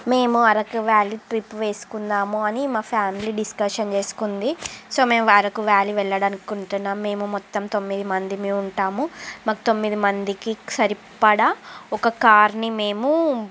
మేము Araku valley trip వేసుకుందాము అని మా ఫ్యామిలీ డిస్కషన్ చేసుకుంది సో మేము అరకు వ్యాలి వెళ్ళాలని అనుకుంటున్నాము మేము మొత్తం తొమ్మిది మంది ఉంటాము మాకు తొమ్మిది మందికి సరిపడా ఒక కార్ని మేము